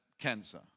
cancer